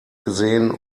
gesehen